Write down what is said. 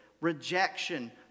rejection